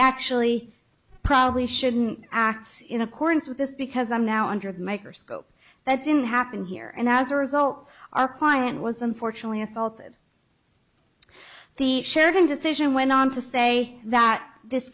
actually probably shouldn't act in accordance with this because i'm now under a microscope that didn't happen here and as a result our client was unfortunately assaulted the sheridan decision went on to say that this